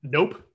Nope